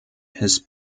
his